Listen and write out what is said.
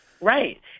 Right